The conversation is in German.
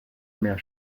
mehr